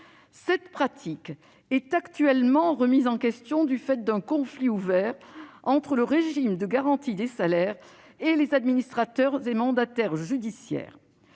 Cette pratique est actuellement remise en question du fait d'un conflit ouvert entre le régime de garantie des salaires et les administrateurs et mandataires judiciaires.